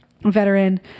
Veteran